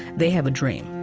they have a dream